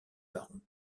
barons